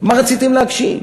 מה רציתם להגשים?